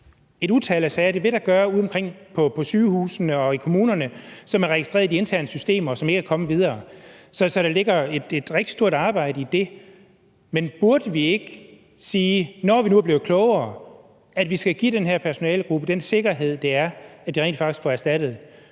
et utal af sager, og det vil der gøre, udeomkring på sygehusene og i kommunerne, som er registreret i de interne systemer, og som ikke er kommet videre. Så der ligger et rigtig stort arbejde i det. Men burde vi ikke sige, at når vi nu er blevet klogere, skal vi give den her personalegruppe den sikkerhed, det er, at man rent faktisk får erstattet